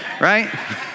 right